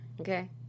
okay